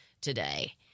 today